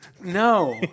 No